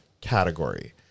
category